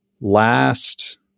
last